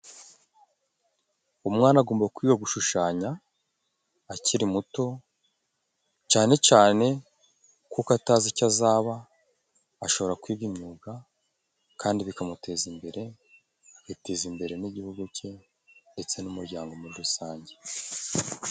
Umwana agomba kwiga gushushanya akiri muto cane cane kuko atazi ico azaba, ashobora kwiga imyuga kandi bikamuteza imbere, agateza imbere n'Igihugu cye ndetse n'umuryango muri rusange.